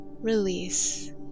release